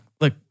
look